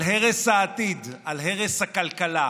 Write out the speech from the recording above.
על הרס העתיד, על הרס הכלכלה.